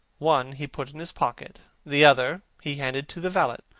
one he put in his pocket, the other he handed to the valet.